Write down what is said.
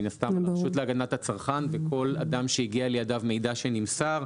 מידע שנמסר מן הסתם הרשות להגנת הצרכן וכל אדם שהגיע לידיו מידע שנמסר.